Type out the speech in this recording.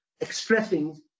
expressing